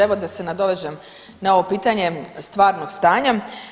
Evo da se nadovežem na ovo pitanje stvarnog stanja.